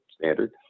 standard